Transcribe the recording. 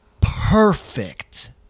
perfect